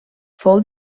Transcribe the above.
fou